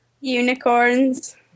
Unicorns